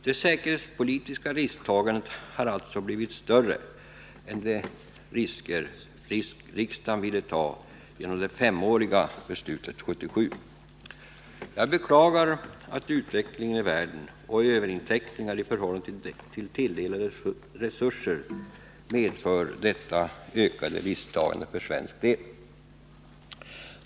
Det säkerhetspolitiska risktagandet har alltså blivit större än de risker riksdagen ville ta vid femårsbeslutet 1977. Jag beklagar att utvecklingen i världen och överinteckningar i förhållande till tilldelade resurser medför denna ökning av risktagandet för svensk del.